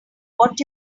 what